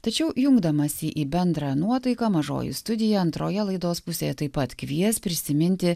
tačiau jungdamasi į bendrą nuotaiką mažoji studija antroje laidos pusėje taip pat kvies prisiminti